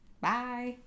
bye